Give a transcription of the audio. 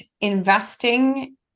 investing